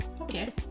okay